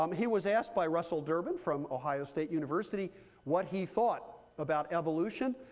um he was asked by russell durban from ohio state university what he thought about evolution?